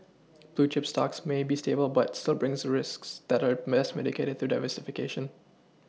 blue chip stocks may be stable but still brings risks that are best mitigated through diversification